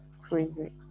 crazy